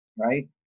Right